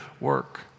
work